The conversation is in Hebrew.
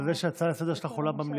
על זה שההצעה לסדר-היום שלך עולה במליאה.